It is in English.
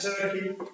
Turkey